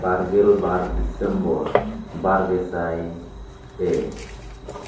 ᱵᱟᱨᱜᱮᱞ ᱵᱟᱨ ᱰᱤᱥᱮᱢᱵᱚᱨ ᱵᱟᱨ ᱜᱮᱥᱟᱭ ᱯᱮ